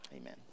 Amen